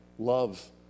Love